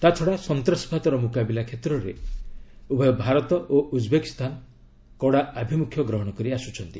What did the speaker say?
ତା୍ଚଡ଼ା ସନ୍ତ୍ରାସବାଦର ମୁକାବିଲା କ୍ଷେତ୍ରରେ ଉଭୟ ଭାରତ ଓ ଉଜ୍ବେକିସ୍ତାନ କଡ଼ା ଆଭିମୁଖ୍ୟ ଗ୍ରହଣ କରିଆସ୍କଚ୍ଚନ୍ତି